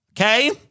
okay